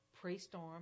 pre-storm